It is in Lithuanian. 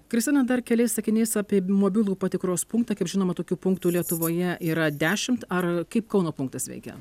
kristina dar keliais sakiniais apie mobilų patikros punktą kaip žinoma tokių punktų lietuvoje yra dešimt ar kaip kauno punktas veikia